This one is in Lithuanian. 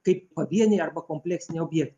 kaip pavieniai arba kompleksiniai objektai